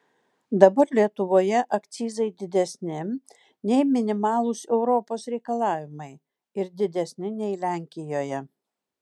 dabar lietuvoje akcizai didesni nei minimalūs europos reikalavimai ir didesni nei lenkijoje